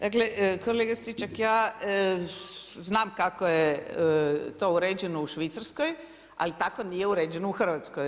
Dakle kolega Stričak, ja znam kako je to uređeno u Švicarskoj, ali tako nije uređeno u Hrvatskoj.